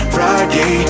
Friday